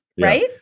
Right